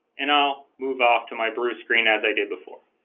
and i'll move off to my brew screen as i did before